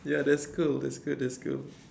ya that's cool that's good that's cool